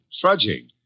Trudging